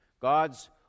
God's